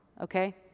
okay